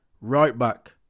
Right-back